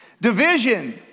Division